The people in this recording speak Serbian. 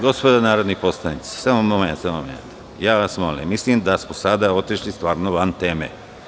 Gospodo narodni poslanici, ja vas molim, mislim da smo sada otišli stvarno van teme.